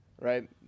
right